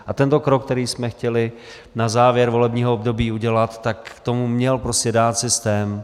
A tento krok, který jsme chtěli na závěr volebního období udělat, k tomu měl prostě dát systém.